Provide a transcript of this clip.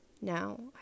Now